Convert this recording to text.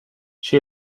she